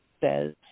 says